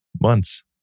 Months